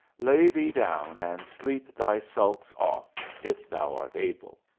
lay thee down and sleep thy sulks off, if thou art able.